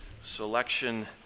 Selection